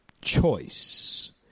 choice